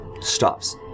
stops